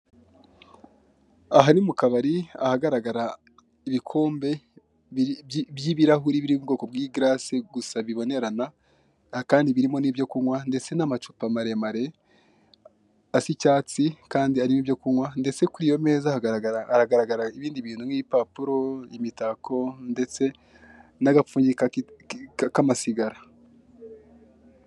Aha ni mu kabari ahagaragara ibikombe biri, by'ibirahure biri mu bwoko bw'igarasi, gusa bibonerana kandi birimo ibyo kunywa, ndetse n'amacupa maremare asa icyatsi kandi arimo ibyo kunywa, ndetse kuri iyo meza haragaragara ibindi bintu nk'ibi papuro, imitako ndetse n'agapfunyika k'amasigara.